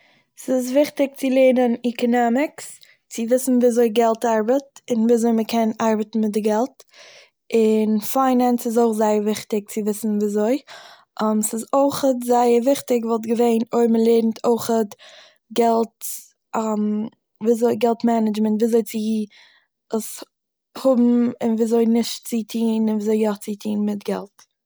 ס'איז וויכטיג צו לערנען עקאנאמיקס, צו וויסן וויאזוי געלט ארבעט, און וויאזוי מ'קען ארבעטן מיט די געלט, און פיינענס איז אויך זייער וויכטיג צו וויסן וויאזוי, ס'איז אויך זייער וויכטיג וואלט געווען אויב מען לערנט אויכ'עט געלט'ס וויאזוי געלט מענעדזשמענט - וויאזוי צו עס האבן און וויאזוי נישט צו טוהן און ווי יא צו טוהן מיט געלט